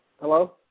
Hello